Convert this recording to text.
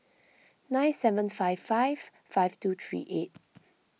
nine seven five five five two three eight